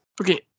Okay